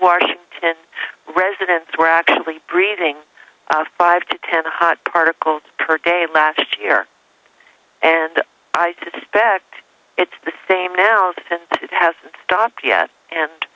wash residents were actually breathing five to ten hot particles per day last year and i suspect it's the same now and it hasn't stopped yet and